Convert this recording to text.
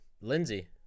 Lindsey